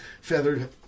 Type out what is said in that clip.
feathered